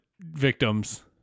Victims